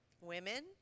Women